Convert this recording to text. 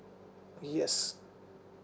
yes